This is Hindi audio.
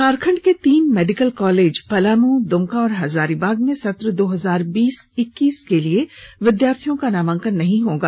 झारखंड के तीन मेडिकल कॉलेज पलामू दुमका और हजारीबाग में सत्र दो हजार बीस इक्कीस के लिए विद्यार्थियों का नामांकन नहीं होगा